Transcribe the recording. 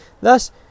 thus